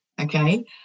okay